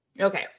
Okay